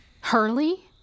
Hurley